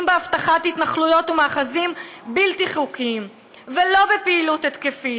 באבטחת התנחלויות ומאחזים בלתי חוקיים ולא בפעילות התקפית,